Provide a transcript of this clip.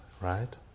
Right